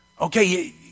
Okay